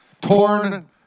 torn